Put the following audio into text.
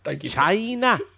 China